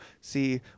see